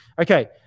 Okay